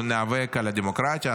אנחנו ניאבק על הדמוקרטיה,